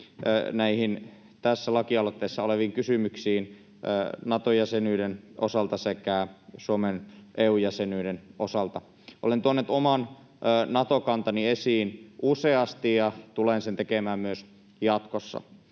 näihin tässä lakialoitteessa oleviin kysymyksiin Nato-jäsenyyden osalta sekä Suomen EU-jäsenyyden osalta. Olen tuonut oman Nato-kantani esiin useasti ja tulen sen tekemään myös jatkossa.